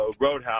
Roadhouse